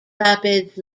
rapids